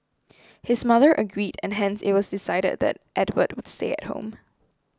his mother agreed and hence it was decided that Edward would stay at home